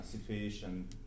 situation